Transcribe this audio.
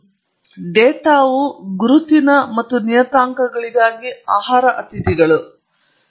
ಹಾಗಾಗಿ ಇದು ಹೇಗೆ ಸರಿಹೊಂದುತ್ತದೆ ಎಂದು ನಮಗೆ ತಿಳಿದಿಲ್ಲ ಮತ್ತು ನಾನು ಯಾವಾಗಲೂ ಈ ಉದಾಹರಣೆಯನ್ನು ನೀಡಲು ಬಯಸುತ್ತೇನೆ